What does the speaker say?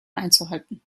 einzuhalten